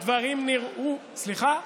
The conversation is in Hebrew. הדברים נראו, סליחה?